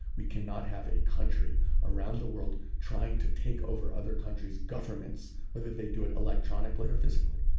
we cannot have a country around the world trying to take over other countries governments, whether they do it electronically or physically.